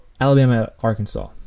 Alabama-Arkansas